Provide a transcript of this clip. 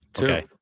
Okay